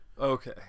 Okay